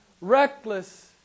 reckless